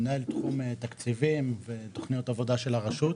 מנהל תחום תקציבים ותכניות עבודה של הרשות.